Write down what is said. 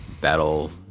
battle